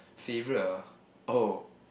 favourite ah oh